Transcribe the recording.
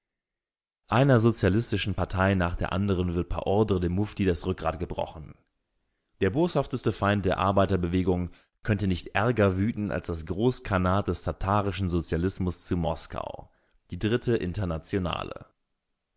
einer sozialistischen partei nach der anderen wird par ordre de moufti das rückgrat gebrochen der boshafteste feind der arbeiterbewegung könnte nicht ärger wüten als das großkhanat des tatarischen sozialismus zu moskau die dritte internationale